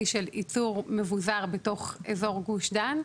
של ייצור מבוזר בתוך אזור גוש דן.